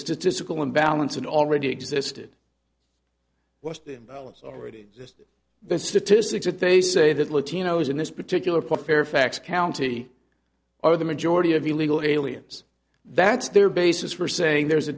statistical imbalance an already existed west imbalance already exists the statistics that they say that latino is in this particular part fairfax county are the majority of illegal aliens that's their basis for saying there's a